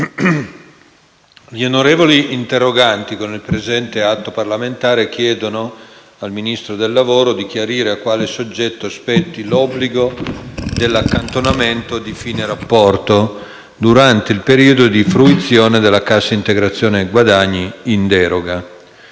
gli onorevoli interroganti, con il presente atto parlamentare, chiedono al Ministero del lavoro di chiarire a quale soggetto spetti l'obbligo dell'accantonamento del trattamento di fine rapporto (TFR) durante il periodo dì fruizione della cassa integrazione guadagni (CIG) in deroga.